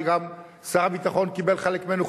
שגם שר הביטחון קיבל חלק ממנו,